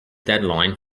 deadline